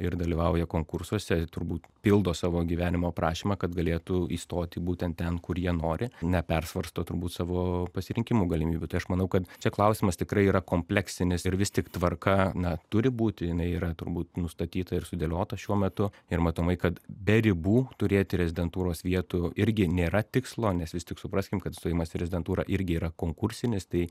ir dalyvauja konkursuose turbūt pildo savo gyvenimo aprašymą kad galėtų įstoti būtent ten kur jie nori nepersvarsto turbūt savo pasirinkimų galimybių tai aš manau kad čia klausimas tikrai yra kompleksinis ir vis tik tvarka na turi būti jinai yra turbūt nustatyta ir sudėliota šiuo metu ir matomai kad be ribų turėti rezidentūros vietų irgi nėra tikslo nes vis tik supraskim kad stojimas į rezidentūrą irgi yra konkursinis tai